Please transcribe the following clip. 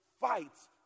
fights